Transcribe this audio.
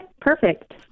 Perfect